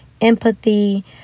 empathy